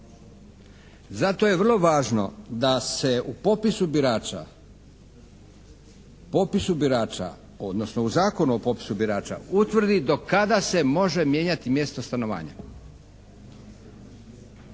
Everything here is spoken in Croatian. Zato je vrlo važno da se u popisu birača odnosno u Zakonu o popisu birača utvrdi do kada se može mijenjati mjesto stanovanja.